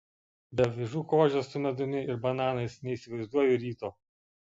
be avižų košės su medumi ir bananais neįsivaizduoju ryto